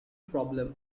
problem